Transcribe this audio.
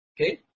okay